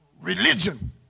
Religion